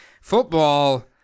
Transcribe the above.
Football